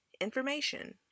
information